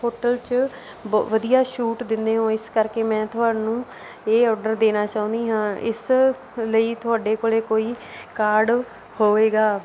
hotel 'ਚ ਵਧੀਆ ਛੂਟ ਦਿੰਦੇ ਹੋ ਇਸ ਕਰਕੇ ਮੈਂ ਤੁਹਾਨੂੰ ਇਹ ਓਡਰ ਦੇਣਾ ਚਾਹੁੰਦੀ ਹਾਂ ਇਸ ਲਈ ਤੁਹਾਡੇ ਕੋਲ ਕੋਈ ਕਾਰਡ ਹੋਵੇਗਾ